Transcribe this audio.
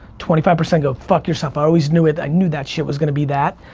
twenty five percent go fuck yourself, i always knew it, i knew that shit was gonna be that.